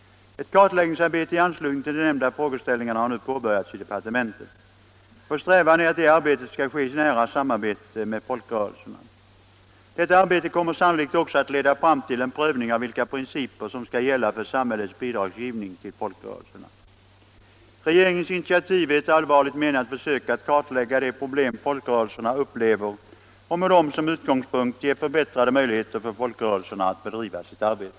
Ett kartläggningsarbete i anslutning till de nämnda frågeställningarna har nu påbörjats i departementet. Vår strävan är att det arbetet skall ske i nära samarbete med folkrörelserna. Detta arbete kommer sannolikt också att leda fram till en prövning av vilka principer som skall gälla för samhällets bidragsgivning till folkrörelserna. Regeringens initiativ är ett allvarligt menat försök att kartlägga de problem som folkrörelserna upplever och med dem som utgångspunkt ge förbättrade möjligheter för folkrörelserna att bedriva sitt arbete.